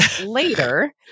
later